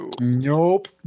Nope